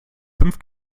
fünf